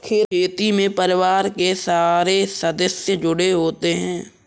खेती में परिवार के सारे सदस्य जुड़े होते है